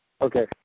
okay